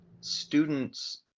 students